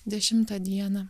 dešimtą dieną